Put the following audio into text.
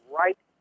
right